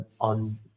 on